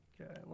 Okay